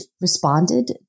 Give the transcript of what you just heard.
responded